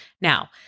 Now